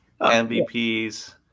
MVPs